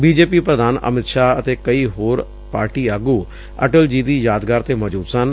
BJP ਪ੍ਰਧਾਨ ਅਮਿਤ ਸ਼ਾਹ ਅਤੇ ਕਈ ਹੋਰ ਪਾਰਟੀ ਆਗੁ ਅਟਲ ਜੀ ਦੀ ਯਾਦਗਾਰ ਤੇ ਮੌਜੁਦ ਸਨ